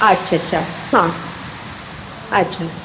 अच्छा अच्छा हां अच्छा